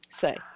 say